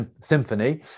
symphony